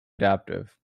adaptive